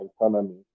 economy